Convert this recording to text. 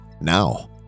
now